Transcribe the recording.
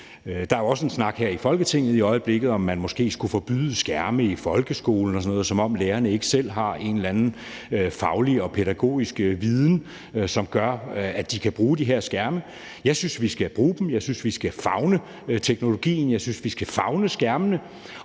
også en snak her i Folketinget om, om man måske skulle forbyde skærme i folkeskolen og sådan noget, som om lærerne ikke selv har en eller anden faglig og pædagogisk viden, som gør, at de kan bruge de her skærme. Jeg synes, vi skal bruge dem. Jeg synes, vi skal favne teknologien. Jeg synes, vi skal favne skærmene.